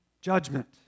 judgment